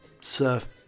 surf